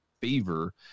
fever